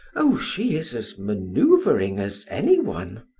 oh, she is as maneuvering as anyone!